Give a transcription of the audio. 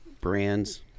brands